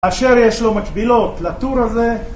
אשר יש לו מקבילות לטור הזה.